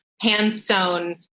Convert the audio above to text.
hand-sewn